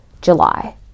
July